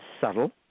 subtle